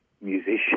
musician